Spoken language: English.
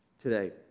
today